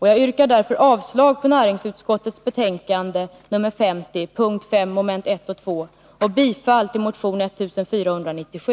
Jag yrkar därför avslag på näringsutskottets hemställan i betänkandet nr 50 avseende p. 5 mom. 1 och 2 och bifall till motion 1497.